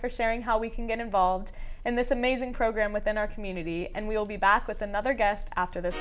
for sharing how we can get involved in this amazing program within our community and we'll be back with another guest after the